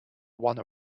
one